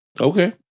Okay